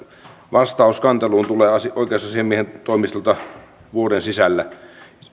vastaus kanteluun tulee oikeusasiamiehen toimistolta vuoden sisällä